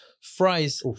Fries